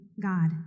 God